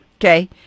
Okay